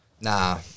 Nah